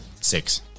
Six